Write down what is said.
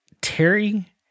Terry